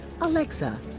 Alexa